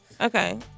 okay